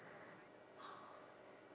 ya then after that